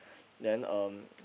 then um